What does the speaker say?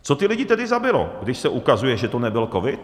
Co ty lidi tedy zabilo, když se ukazuje, že to nebyl covid?